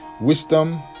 wisdom